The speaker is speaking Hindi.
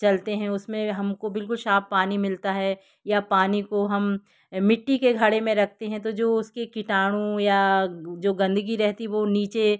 चलते हैं उस में हम को बिल्कुल साफ़ पानी मिलता है या पानी को हम मिट्टी के घड़े में रखते हैं तो जो उसकी कीटाणु या जो गंदगी रहती वो नीचे